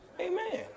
Amen